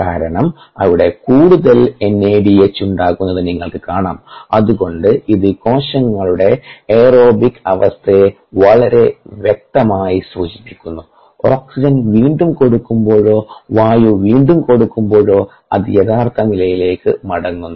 കാരണം അവിടെ കൂടുതൽ എൻഎഡിഎച്ച് ഉണ്ടാകുന്നത് നിങ്ങൾക്ക് കാണാംഅത്കൊണ്ട് ഇത് കോശങ്ങളുടെ എയറോബിക് അവസ്ഥയെ വളരെ വ്യക്തമായി സൂചിപ്പിക്കുന്നു ഓക്സിജൻ വീണ്ടും കൊടുക്കുമ്പോഴോ വായു വീണ്ടും കൊടുക്കുമ്പോഴോ അത് യഥാർത്ഥ നിലയിലേക്ക് മടങ്ങുന്നു